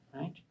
right